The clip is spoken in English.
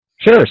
Sure